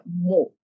more